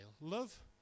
Love